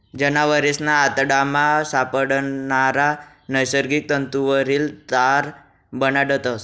जनावरेसना आतडामा सापडणारा नैसर्गिक तंतुवरी तार बनाडतस